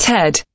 Ted